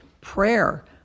prayer